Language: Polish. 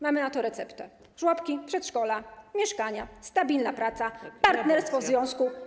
Mamy na to receptę: żłobki, przedszkola, mieszkania, stabilna praca, partnerstwo w związku.